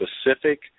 specific